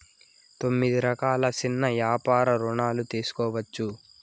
తొమ్మిది రకాల సిన్న యాపార రుణాలు తీసుకోవచ్చు